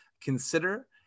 consider